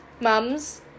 mums